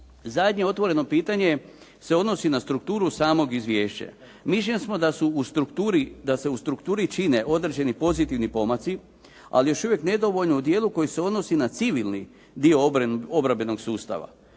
Zadnje otvoreno pitanje se odnosi na strukturu samog izvješća. Mišljenja smo da se u strukturi čine određeni pozitivni pomaci, ali još uvijek nedovoljno u dijelu koji se odnosi na civilni dio obrambenog sustava.